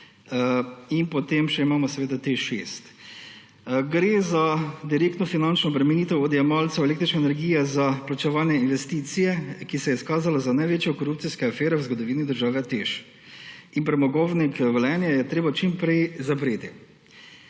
In potem še imamo seveda TEŠ6. Gre za direktno finančno bremenitev odjemalcev električne energije za plačevanje investicije, ki se je izkazala za največjo korupcijsko afero v zgodovini držav. In premogovnik Velenje je treba čim prej zapreti.